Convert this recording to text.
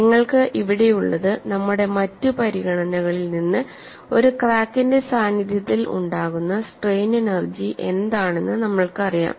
നിങ്ങൾക്ക് ഇവിടെയുള്ളത് നമ്മുടെ മറ്റ് പരിഗണനകളിൽ നിന്ന് ഒരു ക്രാക്കിന്റെ സാന്നിധ്യത്തിൽ ഉണ്ടാകുന്ന സ്ട്രെയിൻ എനെർജി എന്താണെന്ന് നമ്മൾക്കറിയാം